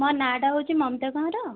ମୋ ନାଁ ଟା ହେଉଛି ମମତା କମାର